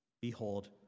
Behold